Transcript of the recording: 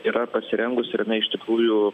yra pasirengusi ir jinai iš tikrųjų